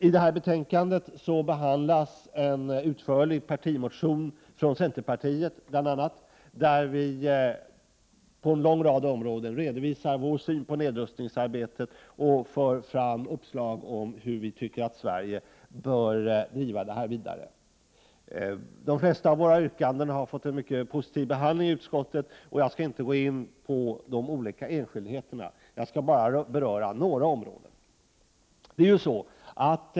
I betänkandet behandlas bl.a. en utförlig partimotion från centerpartiet, där vi på en lång rad områden redovisar vår syn på nedrustningsarbetet och för fram uppslag till hur vi tycker att Sverige bör driva det vidare. De flesta av våra yrkanden har fått en mycket positiv behandling i utskottet, och jag skall inte gå in på de olika enskildheterna. Jag skall bara beröra några områden.